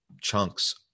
chunks